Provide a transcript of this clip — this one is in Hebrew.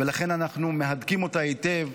ולכן אנחנו מהדקים אותה היטב,